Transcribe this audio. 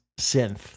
synth